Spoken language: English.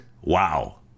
Wow